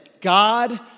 God